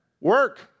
Work